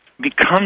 become